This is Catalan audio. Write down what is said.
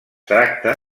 tracta